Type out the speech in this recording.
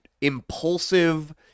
impulsive